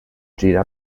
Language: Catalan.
gira